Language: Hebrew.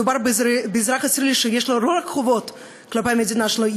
מדובר באזרח ישראלי שיש לו לא רק חובות כלפי המדינה שלו,